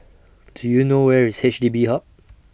Do YOU know Where IS H D B Hub